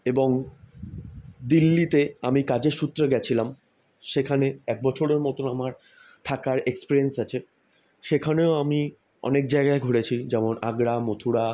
এবং দিল্লিতে আমি কাজের সূত্রে গিয়েছিলাম সেখানে এক বছরের মতন আমার থাকার এক্সপেরিয়েন্স আছে সেখানেও আমি অনেক জায়গায় ঘুরেছি যেমন আগ্রা মথুরা